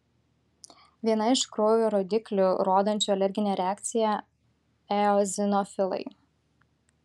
viena iš kraujo rodiklių rodančių alerginę reakciją eozinofilai